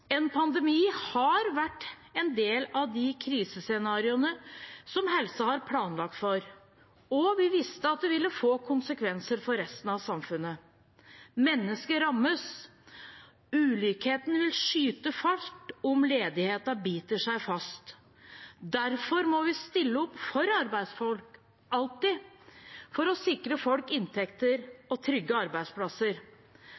En pandemi har vært en del av de krisescenarioene som helsevesenet har planlagt for, og vi visste at det ville få konsekvenser for resten av samfunnet. Mennesker rammes, ulikheten vil skyte fart om ledigheten biter seg fast. Derfor må vi stille opp for arbeidsfolk, alltid, for å sikre folk